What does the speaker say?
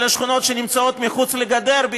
מהשכונות שנמצאות מחוץ לגדר,